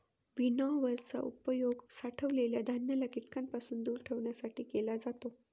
winnower चा उपयोग साठवलेल्या धान्याला कीटकांपासून दूर ठेवण्यासाठी केला जातो